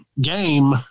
game